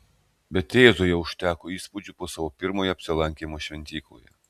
bet jėzui jau užteko įspūdžių po savo pirmojo apsilankymo šventykloje